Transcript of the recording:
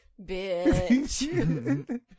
Bitch